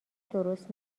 درست